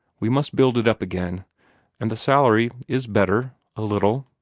we must build it up again and the salary is better a little.